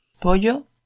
Pollo